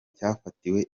cyafatiwe